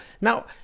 Now